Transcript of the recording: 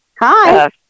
hi